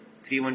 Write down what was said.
428 etrim 0